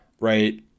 Right